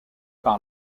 par